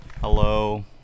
Hello